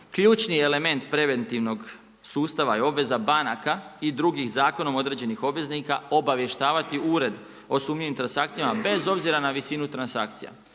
Ključni element preventivnog sustava i obveza banaka i drugih zakonom određenih obveznika, obavještavati ured o sumnjivim transakcijama bez obzira na visinu transakcija.